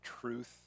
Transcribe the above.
truth